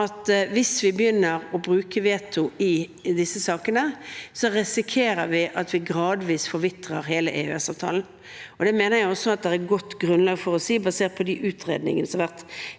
hvis vi begynner å bruke veto i disse sakene, risikerer vi at hele EØS-avtalen gradvis forvitrer. Det mener jeg også det er godt grunnlag for å si, basert på de utredningene som har vært.